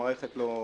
כשהמערכת לא מושלמת.